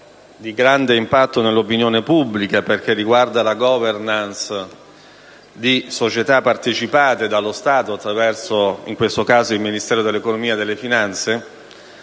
di grande impatto sull'opinione pubblica, perché riguarda la *governance* di società partecipate dallo Stato, in questo caso attraverso il Ministero dell'economia e delle finanze.